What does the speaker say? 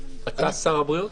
אתה שר הבריאות?